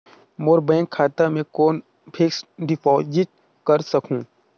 मोर bank खाता मे कौन फिक्स्ड डिपॉजिट कर सकहुं?